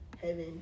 heaven